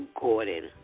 Gordon